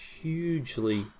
hugely